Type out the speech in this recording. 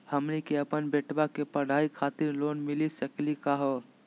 हमनी के अपन बेटवा के पढाई खातीर लोन मिली सकली का हो?